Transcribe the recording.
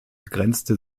grenzte